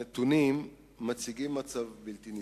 הנתונים מציגים מצב בלתי נסבל: